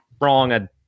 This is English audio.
wrong